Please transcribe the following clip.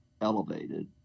elevated